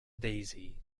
daisy